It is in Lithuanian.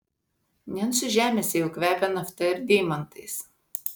nencų žemėse jau kvepia nafta ir deimantais